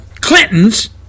Clintons